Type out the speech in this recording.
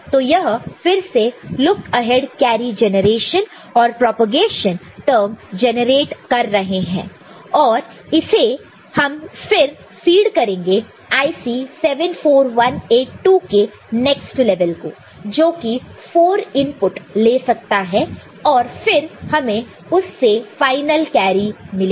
तो यह फिर से लुक अहेड कैरी जेनरेशन और प्रोपेगेशन टर्म जनरेट कर रहे हैं और इसे हम फिर फीड करेंगे IC 74182 के नेक्स्ट लेवल को जो कि 4 इनपुट ले सकता है और फिर हमें उससे फाइनल कैरी मिलेगा